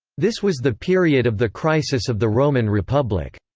this was the period of the crisis of the roman republic.